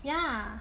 yeah